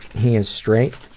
he is straight,